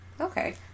okay